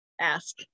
ask